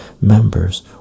members